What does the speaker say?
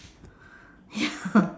ya